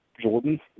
Jordan